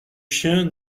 chien